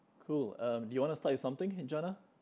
cool um do you want to start with something janna